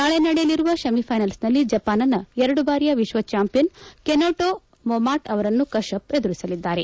ನಾಳೆ ನಡೆಯಲಿರುವ ಸೆಮಿಫ್ಟೆನಲ್ನಲ್ಲಿ ಜಪಾನ್ನ ಎರಡು ಬಾರಿಯ ವಿಶ್ವ ಚಾಂಪಿಯನ್ ಕೆನೆಟೋ ಮೊಮಾಟ ಅವರನ್ನು ಕಶ್ಲಪ್ ಎದುರಿಸಲಿದ್ದಾರೆ